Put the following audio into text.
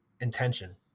intention